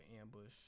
Ambush